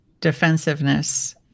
defensiveness